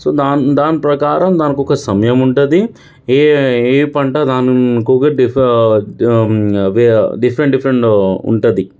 so దాని దాని ప్రకారం దానికి ఒక సమయం ఉంటుంది ఏ ఏ పంట దానికి ఒక డిఫ డిఫరెంట్ డిఫరెంట్ ఉంటుంది